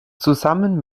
zusammen